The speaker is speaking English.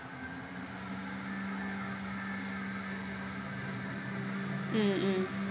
mm mm